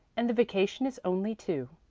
and the vacation is only two.